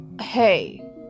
hey